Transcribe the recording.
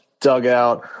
dugout